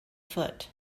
foot